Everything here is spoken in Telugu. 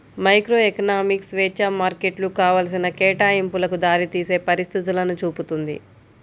మైక్రోఎకనామిక్స్ స్వేచ్ఛా మార్కెట్లు కావాల్సిన కేటాయింపులకు దారితీసే పరిస్థితులను చూపుతుంది